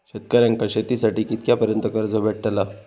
शेतकऱ्यांका शेतीसाठी कितक्या पर्यंत कर्ज भेटताला?